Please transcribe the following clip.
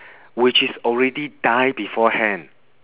which is already die beforehand